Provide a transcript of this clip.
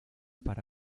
para